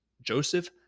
Joseph